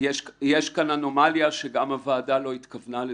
יש כאן אנומליה שגם הוועדה לא התכוונה לזה.